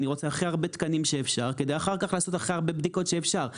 אני רוצה הכי הרבה תקנים שאפשר כדי אחר כך לעשות הכי הרבה בדיקות שאפשר.